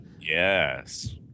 yes